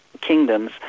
kingdoms